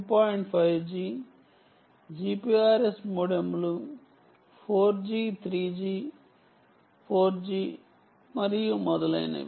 5 G GPRS మోడెములు 4 G 3 G 4 G మరియు మొదలైనవి